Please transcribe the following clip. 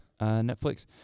Netflix